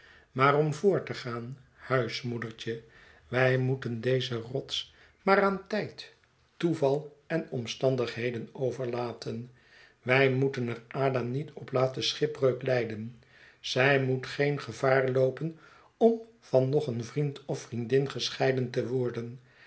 maar om voort te gaan huismoedertj e wij moeten deze rots maar aan tijd toeval en omstandigheden overlaten wij moeten er ada niet op laten schipbreuk lijden zij moet geen gevaar loopen om van nog een vriend of vriendin gescheiden te worden